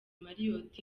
marriot